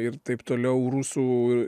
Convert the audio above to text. ir taip toliau rusų